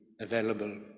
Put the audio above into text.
available